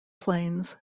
planes